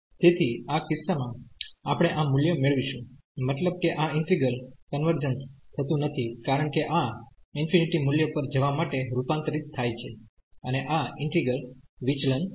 તેથી આ કિસ્સામાં આપણે આ મૂલ્ય મેળવીશું મતલબ કે આ ઈન્ટિગ્રલ કન્વર્જન્સ થતું નથી કારણ કે આ ∞ મૂલ્ય પર જવા માટે રૂપાંતરિત થાય છે અને આ ઈન્ટિગ્રલ વિચલન છે